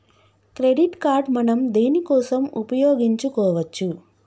Credit card మనం దేనికోసం ఉపయోగించుకోవచ్చు?